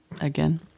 Again